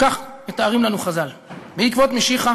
כך מתארים לנו חז"ל: בעקבות משיחא